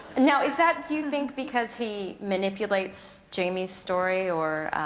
now is that, do you think, because he manipulates jamie's story, or?